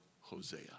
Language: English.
Hosea